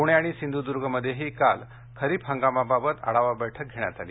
पूणे आणि सिंधूदर्गमध्येही काल खरीप हंगामाबाबत आढावा बैठक घेण्यात आली